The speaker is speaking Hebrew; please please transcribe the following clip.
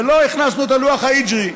ולא הכנסנו את הלוח ההיג'רי,